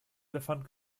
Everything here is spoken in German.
elefant